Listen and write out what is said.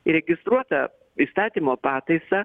įregistruotą įstatymo pataisą